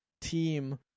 team